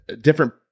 different